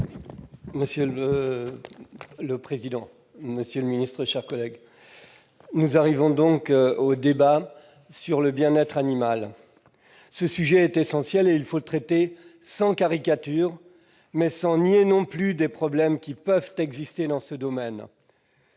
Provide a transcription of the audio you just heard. quater La parole est à M. Joël Labbé, sur l'article. Nous arrivons donc au débat sur le bien-être animal. Ce sujet est essentiel, et il faut le traiter sans caricature, mais sans nier non plus les problèmes qui peuvent exister dans ce domaine.